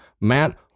Matt